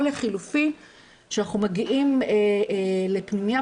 או לחילופין שאנחנו מגיעים לפנימייה,